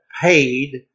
paid